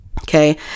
okay